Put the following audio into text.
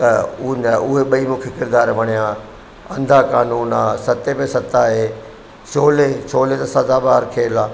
त उहे न उए ॿई मूंखे किरदार वणिया अंधा कानून आहे सत्ते में सत्ता आहे शोले शोले त सदा बहार खेल आहे